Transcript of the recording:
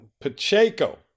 Pacheco